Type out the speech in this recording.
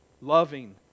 Loving